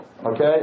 Okay